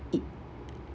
it